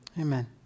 Amen